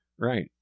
Right